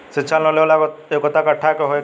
शिक्षा लोन लेवेला योग्यता कट्ठा होए के चाहीं?